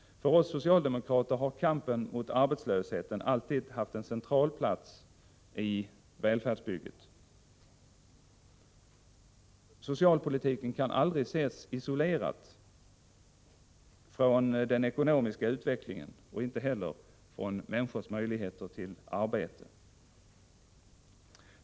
För oss socialdemokrater har kampen mot arbetslösheten alltid haft en central plats i välfärdsbygget. Socialpolitiken kan aldrig ses isolerad från den ekonomiska utvecklingen och inte heller från människors möjligheter till arbete.